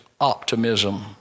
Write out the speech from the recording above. optimism